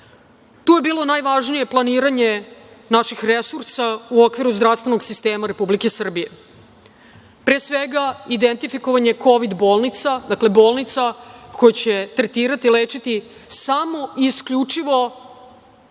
Tu je bilo najvažnije planiranje naših resursa u okviru zdravstvenog sistema Republike Srbije. Pre svega, identifikovanje kovid bolnica, dakle bolnica koje će tretirati i lečiti samo isključivo